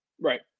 Right